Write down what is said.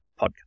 podcast